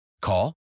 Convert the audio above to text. Call